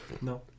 No